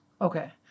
Okay